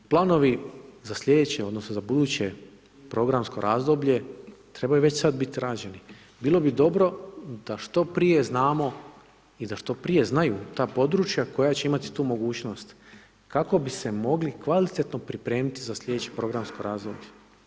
Planovi za slijedeće, odnosno za buduće programsko razdoblje trebaju već sad biti rađeni, bilo bi dobro da što prije znamo i da što prije znaju ta područja koja će imati tu mogućnost, kako bi se mogli kvalitetno pripremiti za sljedeće programsko razdoblje.